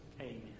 Amen